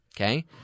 okay